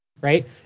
Right